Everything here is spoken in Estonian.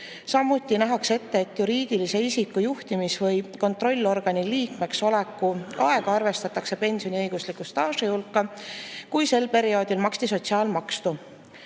Samuti nähakse ette, et juriidilise isiku juhtimis- või kontrollorgani liikmeks oleku aega arvestatakse pensioniõigusliku staaži hulka, kui sel perioodil maksti sotsiaalmaksu.